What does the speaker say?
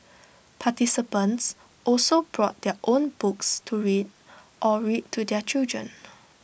participants also brought their own books to read or read to their children